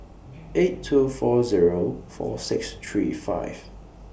eight two four Zero four six three five